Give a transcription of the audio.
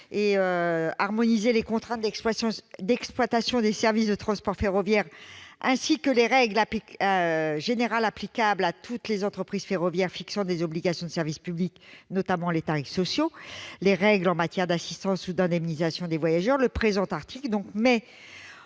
et d'harmoniser les contraintes d'exploitation des services de transport ferroviaire ainsi que les règles générales applicables à toutes les entreprises ferroviaires fixant des obligations de service public, notamment les tarifs sociaux, les règles en matière d'assistance ou d'indemnisation des voyageurs, le présent article met